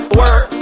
work